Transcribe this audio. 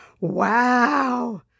Wow